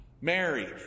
Mary